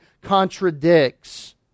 contradicts